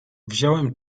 wziąłem